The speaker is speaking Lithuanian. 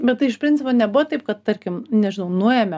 bet tai iš principo nebuvo taip kad tarkim nežinau nuėmė